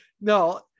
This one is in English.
No